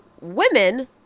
women